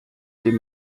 dem